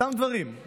אותם דברים,